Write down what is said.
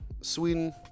Sweden